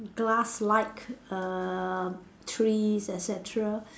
glass like err trees et cetera